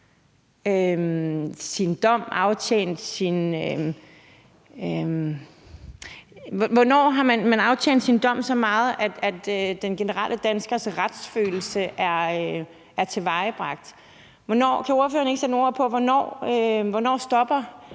straffet udstået sin dom så meget, at den generelle danskers retsfølelse er tilgodeset? Kan ordføreren ikke sætte nogle ord på, hvornår den